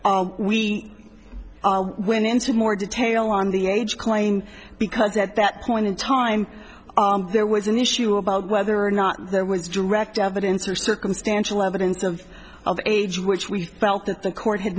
we win instead more detail on the age claim because at that point in time there was an issue about whether or not there was direct evidence or circumstantial evidence of age which we felt that the court had